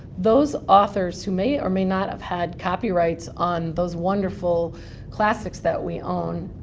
those authors, who may or may not have had copyrights on those wonderful classics that we own,